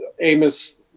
Amos